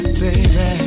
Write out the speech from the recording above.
baby